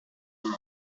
more